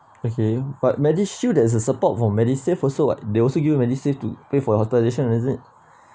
okay but medishield there is a support for medisave also they also use medisave to pay for hospitalisation isn't it